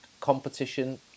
competition